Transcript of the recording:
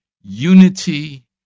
unity